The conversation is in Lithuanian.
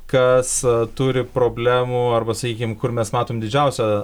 kas turi problemų arba sakykim kur mes matom didžiausią